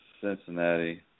Cincinnati